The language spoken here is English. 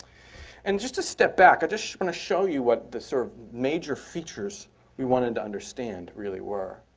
and just to step back, i just want to show you what the sort of major features we wanted to understand really were.